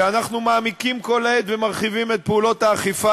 ואנחנו מעמיקים כל העת ומרחיבים את פעולות האכיפה.